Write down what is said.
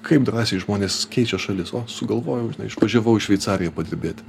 kaip drąsiai žmonės keičia šalis o sugalvojau išvažiavau į šveicariją padirbėti